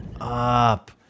up